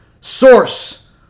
source